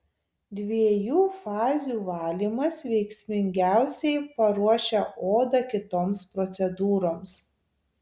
dviejų fazių valymas veiksmingiausiai paruošia odą kitoms procedūroms